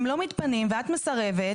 אם הם לא מתפנים ואת מסרבת,